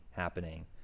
happening